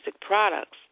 products